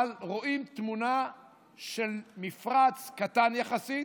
אבל רואים תמונה של מפרץ קטן יחסית,